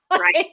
Right